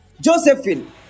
Josephine